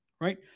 right